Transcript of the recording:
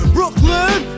Brooklyn